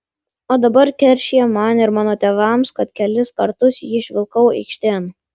o dabar keršija man ir mano tėvams kad kelis kartus jį išvilkau aikštėn